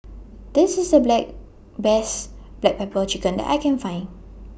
This IS The Black Best Black Pepper Chicken that I Can Find